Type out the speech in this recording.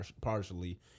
partially